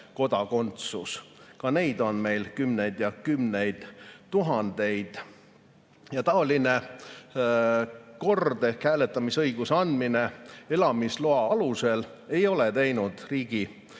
nimetatuid] on meil kümneid ja kümneid tuhandeid. Taoline kord ehk hääletamisõiguse andmine elamisloa alusel ei ole teinud riigi ega